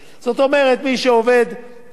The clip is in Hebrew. בתעשיות הביטחוניות גמרנו,